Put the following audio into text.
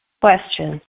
Question